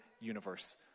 universe